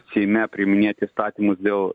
seime priiminėti statymus dėl